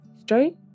straight